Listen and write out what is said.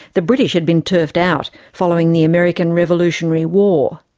the british had been turfed out, following the american revolutionary war.